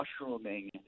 mushrooming